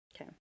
Okay